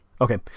Okay